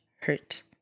hurt